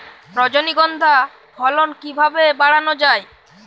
রজনীগন্ধা ফলন কিভাবে বাড়ানো যায়?